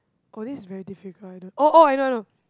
oh this very difficult I don't oh oh I know I know